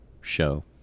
show